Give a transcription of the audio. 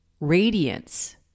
Radiance